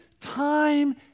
time